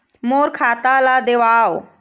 मोर खाता ला देवाव?